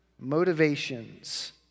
motivations